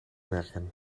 werken